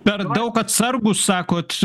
per daug atsargūs sakot